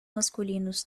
masculinos